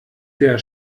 der